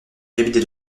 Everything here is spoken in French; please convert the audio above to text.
cabinet